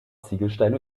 ziegelsteine